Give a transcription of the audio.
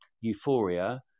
euphoria